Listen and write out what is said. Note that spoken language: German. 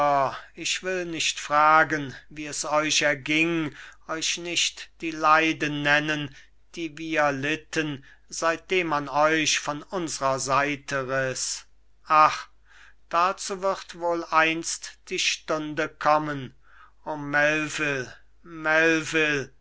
ich will nicht fragen wie es euch erging euch nicht die leiden nennen die wir litten seidem man euch von unsrer seite riß ach dazu wird wohl einst die stunde kommen o